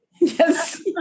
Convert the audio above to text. yes